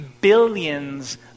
billions